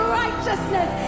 righteousness